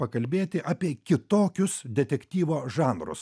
pakalbėti apie kitokius detektyvo žanrus